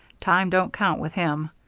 time don't count with him.